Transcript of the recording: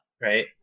right